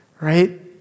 right